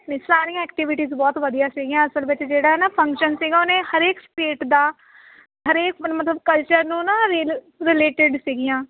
ਸਾਰੀਆਂ ਐਕਟੀਵਿਟੀਜ ਬਹੁਤ ਵਧੀਆ ਸੀਗੀਆਂ ਅਸਲ ਵਿੱਚ ਜਿਹੜਾ ਨਾ ਫੰਕਸ਼ਨ ਸੀਗਾ ਉਹਨੇ ਹਰ ਇਕ ਸਟੇਟ ਦਾ ਹਰੇਕ ਮਤਲਬ ਕਲਚਰ ਨੂੰ ਨਾ ਰਿਲ ਰਿਲੇਟਡ ਸੀਗੀਆਂ